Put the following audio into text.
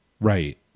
Right